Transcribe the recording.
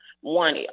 One